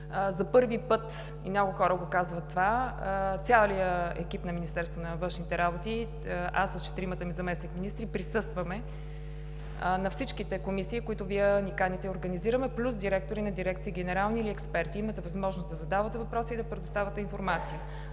За първи път, и много хора го казват това, целият екип на Министерството на външните работи – аз с четиримата ми заместник-министри, присъстваме на всички комисии, на които Вие ни каните и организираме, плюс директори на дирекции – генерални или експерти, имате възможност да задавате въпроси и да предоставяте информация.